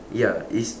ya it's